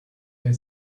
you